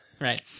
Right